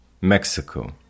mexico